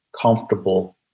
comfortable